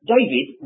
David